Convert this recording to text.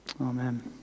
Amen